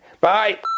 bye